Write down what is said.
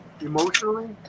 emotionally